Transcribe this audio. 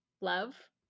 love